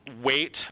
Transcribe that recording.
wait